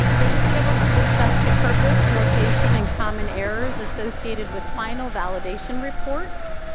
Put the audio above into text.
that you'll be able to discuss the purpose, location and common errors associated with final validation reports,